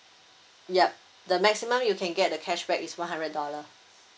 yup the maximum you can get the cashback is one hundred dollar